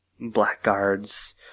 Blackguard's